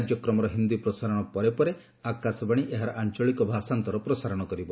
କାର୍ଯ୍ୟକ୍ରମର ହିନ୍ଦୀ ପ୍ରସାରଣ ପରେ ପରେ ଆକାଶବାଶୀ ଏହାର ଆଞ୍ଞଳିକ ଭାଷାନ୍ତର ପ୍ରସାରଣ କରିବ